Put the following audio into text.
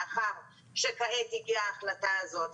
מאחר שכעת הגיעה ההחלטה הזאת,